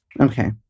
Okay